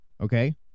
okay